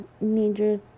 major